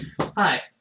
Hi